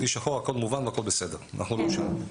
כלי שחור - הכל מובן והכל בסדר, אנחנו לא שם.